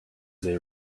they